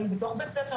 האם בתוך בית ספר,